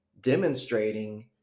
demonstrating